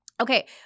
Okay